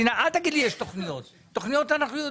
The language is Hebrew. שיש תכניות, כי תכניות אנחנו יודעים.